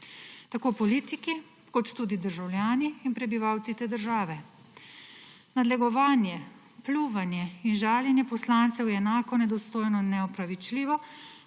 tako politiki kot tudi državljani in prebivalci te države. Nadlegovanje, pljuvanje in žaljenje poslancev je enako nedostojno in neopravičljivo,